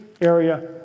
area